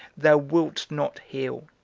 thou wilt not heal.